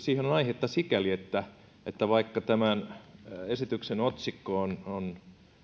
siihen on aihetta sikäli että että vaikka tämän esityksen otsikko on on